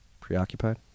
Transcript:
Preoccupied